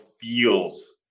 feels